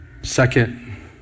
Second